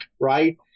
right